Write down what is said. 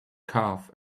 calf